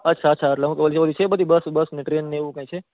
અચ્છા અચ્છા એટલે પેલી પેલી બસો બસ ટ્રેન ને એવું કઈ છે